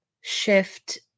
shift